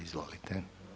Izvolite.